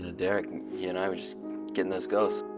and derik. he and i, we're just getting those ghosts.